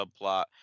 subplot